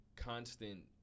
Constant